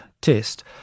test